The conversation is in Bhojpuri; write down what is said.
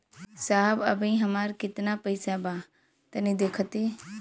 साहब अबहीं हमार कितना पइसा बा तनि देखति?